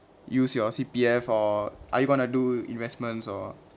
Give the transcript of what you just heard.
use your C_P_F or are you going to do investments or